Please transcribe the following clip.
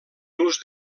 nus